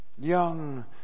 Young